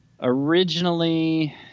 Originally